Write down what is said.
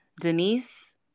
Denise